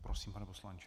Prosím, pane poslanče.